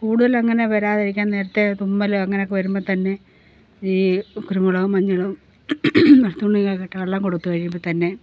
കൂടുതൽ അങ്ങനെ വരാതിരിക്കാൻ നേരത്തെ തുമ്മല് അങ്ങനെയൊക്ക വരുമ്പോൾ തന്നെ ഈ കുരുമുളകും മഞ്ഞളും വെളുത്തുള്ളിയും ഒക്കെ ഇട്ട വെള്ളം കൊടുത്തു കഴിയുമ്പോൾ തന്നെ